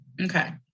okay